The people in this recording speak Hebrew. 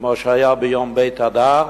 כמו שהיה ביום ב' אדר,